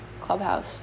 Clubhouse